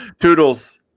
Toodles